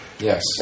Yes